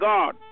God